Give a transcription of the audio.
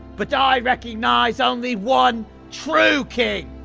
but i recognize only one true king.